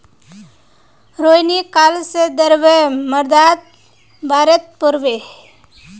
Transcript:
रोहिणी काल से द्रव्य मुद्रार बारेत पढ़बे